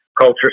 culture